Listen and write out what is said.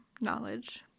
knowledge